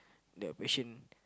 that patient